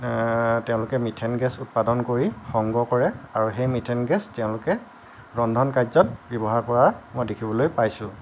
তেওঁলোকে methane gas উৎপাদন কৰি সংগ্ৰহ কৰে আৰু সেই মিথেন গেছ তেওঁলোকে ৰন্ধন কাৰ্যত ব্যৱহাৰ কৰা মই দেখিবলৈ পাইছোঁ